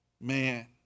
Man